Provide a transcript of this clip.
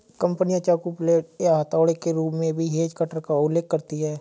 कंपनियां चाकू, ब्लेड या हथौड़े के रूप में भी हेज कटर का उल्लेख करती हैं